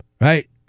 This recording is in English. right